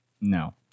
No